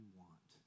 want